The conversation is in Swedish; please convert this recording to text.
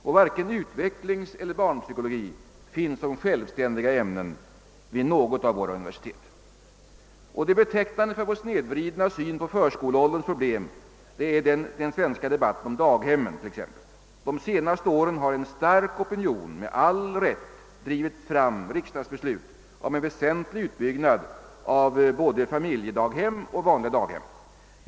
Och varken utvecklingseller barnpsykologi finns som självständiga ämnen vid något av våra universitet. Betecknande för vår snedvridna syn på förskoleålderns problem är också den svenska debatten om daghemmen. De senaste åren har en stark opinion med all rätt drivit fram riksdagsbeslut om en väsentlig utbyggnad av både familjedaghem och vanliga daghem.